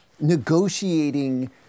negotiating